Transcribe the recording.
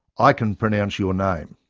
i can pronounce your name!